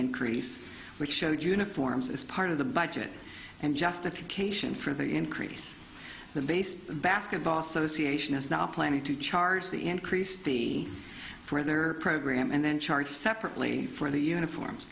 encrease which showed uniforms as part of the budget and justification for the increase the base basketball association is now planning to charge the increase be for their program and then charge separately for the uniforms